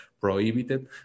prohibited